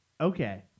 Okay